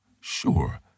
Sure